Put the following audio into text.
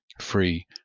free